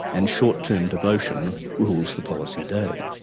and short term devotion rules the policy day.